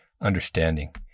understanding